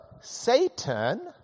Satan